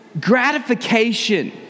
gratification